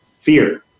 fear